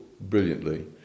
brilliantly